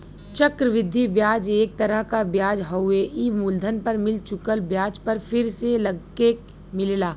चक्र वृद्धि ब्याज एक तरह क ब्याज हउवे ई मूलधन पर मिल चुकल ब्याज पर फिर से लगके मिलेला